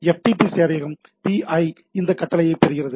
FTP சேவையகம் PI இந்த கட்டளையைப் பெறுகிறது